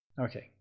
Okay